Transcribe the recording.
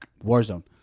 Warzone